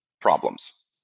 problems